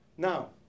Now